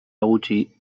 gutxi